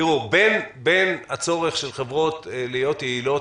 בין הצורך של חברות להיות יעילות,